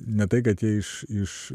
ne tai kad jie iš iš